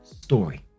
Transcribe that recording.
story